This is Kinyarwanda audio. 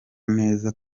neza